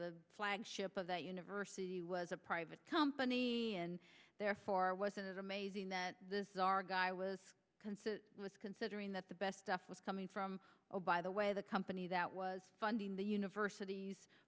the flagship of that university was a private company and therefore wasn't it amazing that this is our guy was considered was considering that the best stuff was coming from by the way the company that was funding the universit